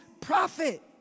prophet